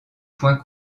point